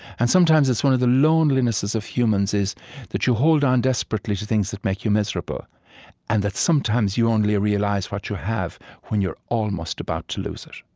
and sometimes it's one of the lonelinesses of humans that you hold on desperately to things that make you miserable and that sometimes you only realize what you have when you're almost about to lose it.